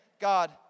God